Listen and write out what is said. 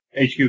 HQ